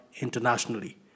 internationally